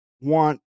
want